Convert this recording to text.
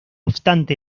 obstante